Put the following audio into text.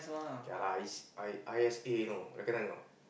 yeah lah it's I I_S_A you know recongnised or not